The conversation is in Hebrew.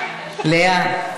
לאה,